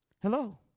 Hello